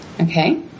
Okay